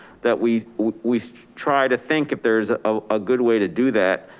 that we we try to think if there's ah a good way to do that,